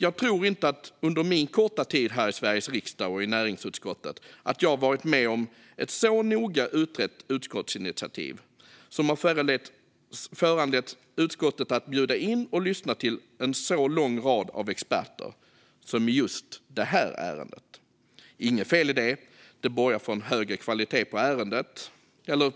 Jag tror inte att jag under min korta tid här i Sveriges riksdag och i näringsutskottet har varit med om ett så noga utrett utskottsinitiativ som har föranlett utskottet att bjuda in och lyssna på en så lång rad av experter som i just det här ärendet. Inget fel i det; det borgar för högre kvalitet